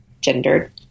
gendered